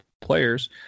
players